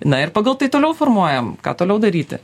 na ir pagal tai toliau formuojam ką toliau daryti